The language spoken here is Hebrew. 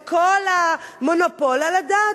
את כל המונופול על הדת?